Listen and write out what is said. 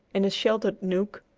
in a sheltered nook,